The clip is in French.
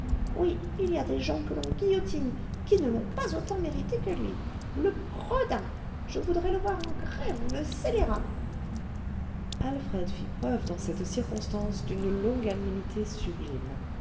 oui il y a des gens que l'on guillotine qui ne l'ont pas autant mérité que lui le gredin je voudrais le voir en grève le scélérat alfred fit preuve dans cette circonstance d'une longanimité sublime